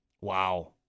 Wow